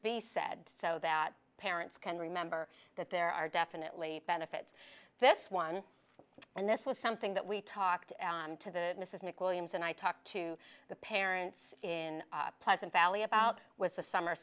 be said so that parents can remember that there are definitely benefits this one and this was something that we talked to the mrs mcwilliams and i talked to the parents in pleasant valley about with the summer